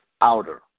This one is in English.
outer